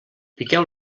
piqueu